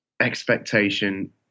expectation